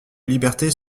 liberté